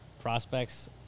prospects